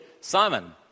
Simon